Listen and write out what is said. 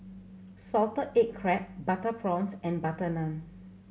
salted egg crab butter prawns and butter naan